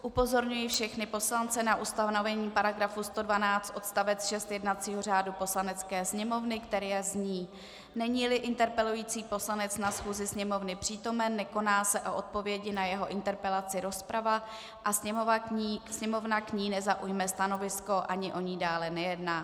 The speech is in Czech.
Upozorňuji všechny poslance na ustanovení § 112 odst. 6 jednacího řádu Poslanecké sněmovny, který zní: Neníli interpelující poslanec na schůzi Sněmovny přítomen, nekoná se o odpovědi na jeho interpelaci rozprava a Sněmovna k ní nezaujme stanovisko, ani o ní dále nejedná.